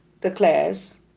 declares